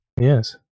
Yes